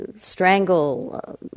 strangle